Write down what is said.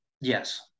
yes